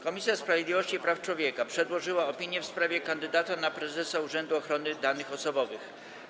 Komisja Sprawiedliwości i Praw Człowieka przedłożyła opinię w sprawie kandydata na prezesa Urzędu Ochrony Danych Osobowych.